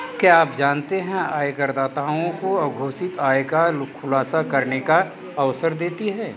क्या आप जानते है आयकरदाताओं को अघोषित आय का खुलासा करने का अवसर देगी?